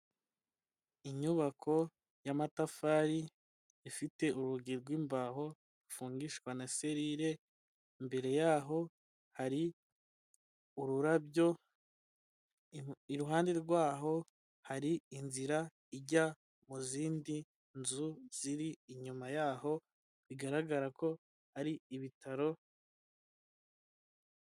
Inyubako y'amatafari ifite urugi rw'imbaho rufungishwa na serire, imbere yaho hari ururabyo, iruhande rwaho hari inzira ijya mu zindi nzu ziri inyuma yaho bigaragara ko ari ibitaro.